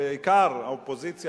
בעיקר האופוזיציה,